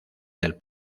del